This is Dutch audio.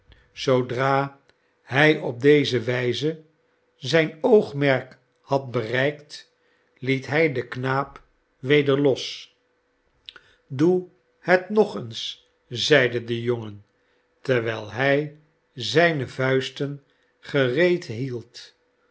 zoodra hij op deze wijze zijn oogmerkhadbereikt liet hij den knaap weder los doe het nog eens zeide de jongen terwijl hij zijne vuisten gereed hield